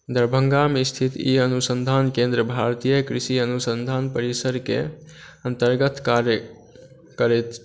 दरभंगामे स्थित ई अनुसंधान केन्द्र भारतीय कृषि अनुसंधान परिसरके अंतर्गत कार्य करैत